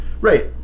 right